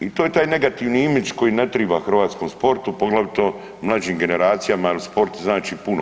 I to je taj negativni imidž koji ne triba hrvatskom sportu, poglavito mlađim generacija jer sport znači puno.